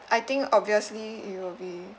I think obviously it will be